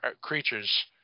creatures –